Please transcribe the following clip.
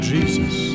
Jesus